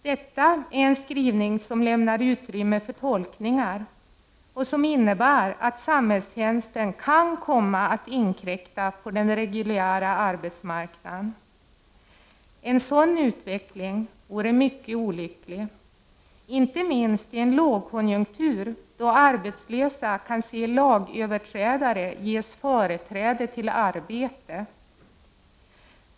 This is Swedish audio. Detta är en skrivning som lämnar utrymme för tolkningar som innebär att samhällstjänsten kan komma att inkräkta på den reguljära arbetsmarknaden. En sådan utveckling vore mycket olycklig, inte minst i en lågkonjunktur då arbetslösa kan se att lagöverträdare ges företräde till arbete.